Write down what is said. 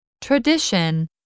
Tradition